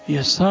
Yes